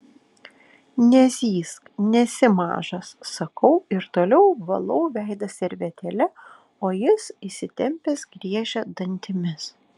nezyzk nesi mažas sakau ir toliau valau veidą servetėle o jis įsitempęs griežia dantimis